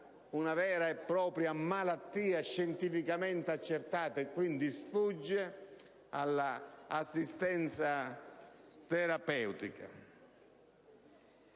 considerata una malattia scientificamente accettata e quindi sfugge all'assistenza terapeutica.